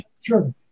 Sure